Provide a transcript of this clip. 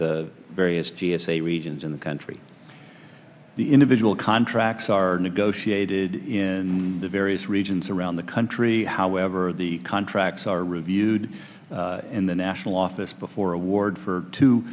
the various g s a regions in the country the individual contracts are negotiated in the various regions around the country however the contracts are reviewed in the national office before award for two